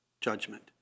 judgment